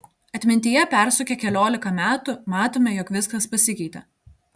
atmintyje persukę keliolika metų matome jog viskas pasikeitė